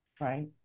Right